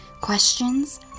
Questions